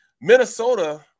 Minnesota